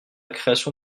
création